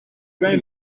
kuri